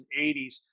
80s